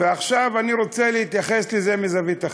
ועכשיו אני רוצה להתייחס לזה מזווית אחרת.